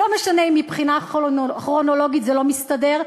לא משנה אם מבחינה כרונולוגית זה לא מסתדר,